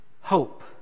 Hope